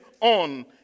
on